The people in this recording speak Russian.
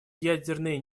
ядерное